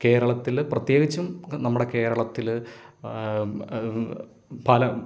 കേരളത്തിൽ പ്രത്യേകിച്ചും നമ്മുടെ കേരളത്തിൽ പല